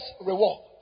reward